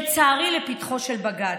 לצערי, לפתחו של בג"ץ,